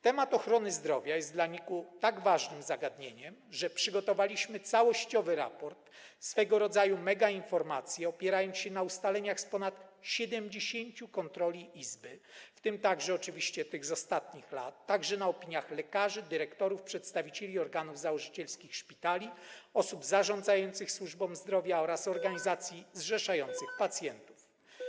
Temat ochrony zdrowia jest dla NIK-u tak ważnym zagadnieniem, że przygotowaliśmy całościowy raport, swego rodzaju megainformację, opierając się na ustaleniach z ponad 70 kontroli Izby, oczywiście w tym także tych z ostatnich lat, a także na opiniach lekarzy, dyrektorów, przedstawicieli organów założycielskich szpitali, osób zarządzających służbą zdrowia oraz organizacji zrzeszających pacjentów.